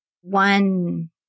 one